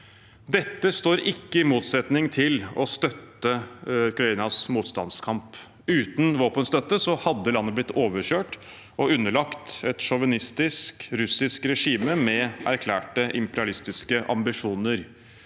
Dette står ikke i motsetning til å støtte Ukrainas motstandskamp. Uten våpenstøtte hadde landet blitt overkjørt og underlagt et sjåvinistisk russisk regime med erklærte imperialistiske ambisjoner.